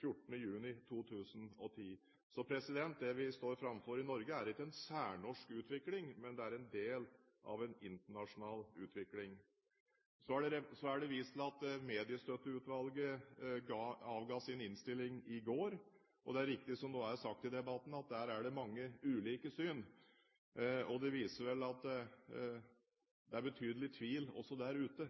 Så det vi står framfor i Norge, er ikke en særnorsk utvikling, men det er en del av en internasjonal utvikling. Så er det vist til at Mediestøtteutvalget avga sin innstilling i går, og det er riktig som det også er sagt i debatten, at der er det mange ulike syn. Det viser vel at det er betydelig tvil også der ute om